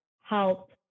help